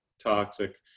toxic